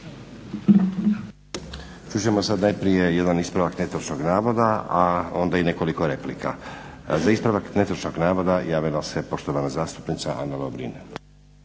Čut ćemo sad najprije jedan ispravak netočnog navoda, a onda i nekoliko replika. Za ispravak netočnog navoda javila se poštovana zastupnica Ana Lovrin.